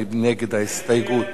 מי נגד ההסתייגות?